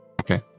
okay